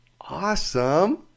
Awesome